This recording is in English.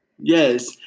Yes